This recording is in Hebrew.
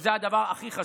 וזה הדבר הכי חשוב.